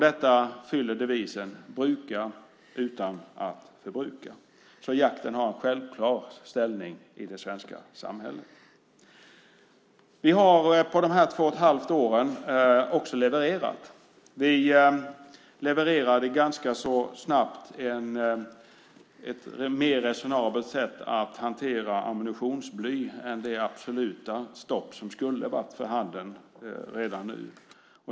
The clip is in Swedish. Det uppfyller devisen: Bruka utan att förbruka. Jakten har en självklar ställning i det svenska samhället. Vi har på dessa två och ett halvt år levererat. Vi levererade ganska snabbt ett mer resonabelt sätt att hantera ammunitionsbly än det absoluta stopp som skulle ha varit för handen redan nu.